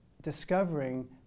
discovering